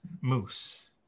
moose